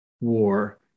war